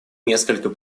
несколько